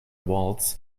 waltz